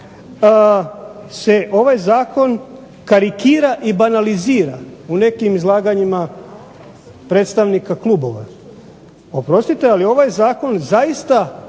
se ovaj Zakon karikira i banalizira u nekim izlaganjima predstavnika klubova, oprostiti ali ovaj Zakon zaista